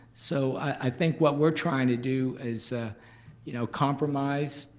so i think what we're trying to do is you know compromise,